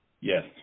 Yes